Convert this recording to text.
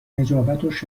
نجابت